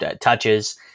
touches